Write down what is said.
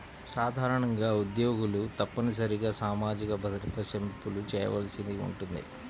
సాధారణంగా ఉద్యోగులు తప్పనిసరిగా సామాజిక భద్రత చెల్లింపులు చేయవలసి ఉంటుంది